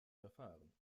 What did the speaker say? verfahren